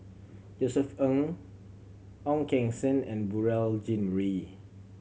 Josef Ng Ong Keng Sen and Beurel Jean Marie